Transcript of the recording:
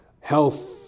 health